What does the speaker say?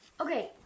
Okay